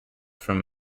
from